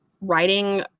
writing